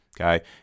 okay